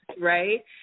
Right